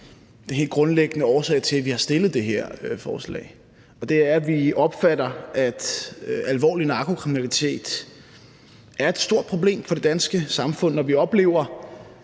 den sådan helt grundlæggende årsag til, at vi har fremsat det her forslag. Og det er, at vi opfatter, at alvorlig narkokriminalitet er et stort problem for det danske samfund. Når vi oplever